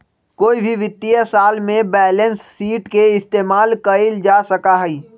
कोई भी वित्तीय साल में बैलेंस शीट के इस्तेमाल कइल जा सका हई